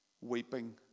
weeping